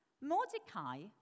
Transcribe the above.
Mordecai